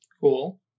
Cool